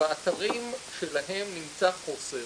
שבאתרים שלהם נמצא חוסר